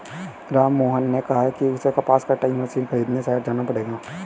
राममोहन ने कहा कि उसे कपास कटाई मशीन खरीदने शहर जाना पड़ेगा